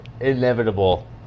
inevitable